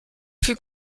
fut